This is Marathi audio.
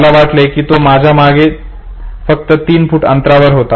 मला वाटले की तो आवाज माझ्या मागे फक्त तीन फूट अंतरावर होता